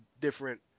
different